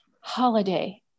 holiday